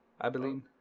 abilene